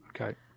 Okay